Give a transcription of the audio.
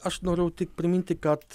aš noriu tik priminti kad